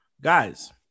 Guys